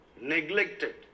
neglected